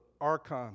archon